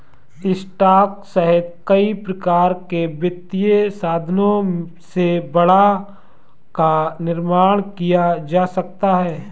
stock सहित कई प्रकार के वित्तीय साधनों से बाड़ा का निर्माण किया जा सकता है